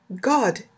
God